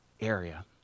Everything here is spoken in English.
area